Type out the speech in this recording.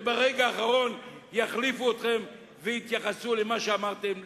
וברגע האחרון יחליפו אתכם ויתייחסו למה שאמרתם,